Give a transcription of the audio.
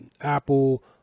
apple